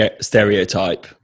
stereotype